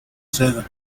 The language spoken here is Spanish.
seda